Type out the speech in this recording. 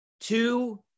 Two